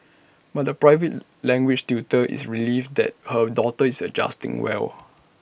but the private language tutor is relieved that her daughter is adjusting well